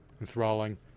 enthralling